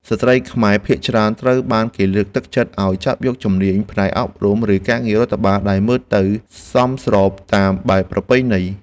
ស្ត្រីខ្មែរភាគច្រើនត្រូវបានគេលើកទឹកចិត្តឱ្យចាប់យកជំនាញផ្នែកអប់រំ ឬការងាររដ្ឋបាលដែលមើលទៅសមរម្យតាមបែបប្រពៃណី។